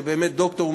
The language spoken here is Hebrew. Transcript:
דוקטור,